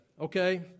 okay